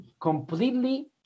completely